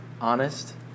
honest